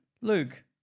Luke